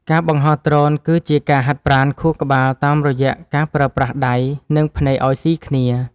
ការបង្ហោះដ្រូនគឺជាការហាត់ប្រាណខួរក្បាលតាមរយៈការប្រើប្រាស់ដៃ និងភ្នែកឱ្យស៊ីគ្នា។